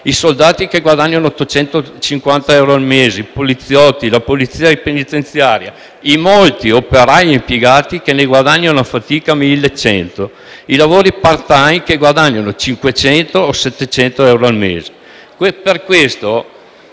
i soldati che guadagnano 850 euro al mese, i poliziotti, la polizia penitenziaria, i molti operai e impiegati che ne guadagnano a fatica 1.100; i lavoratori *part time* che guadagnano 500 o 700 euro al mese.